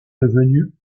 devenues